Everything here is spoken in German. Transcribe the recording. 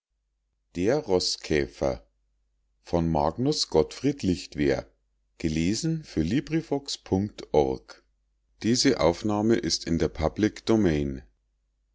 magnus gottfried lichtwer